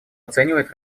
оценивает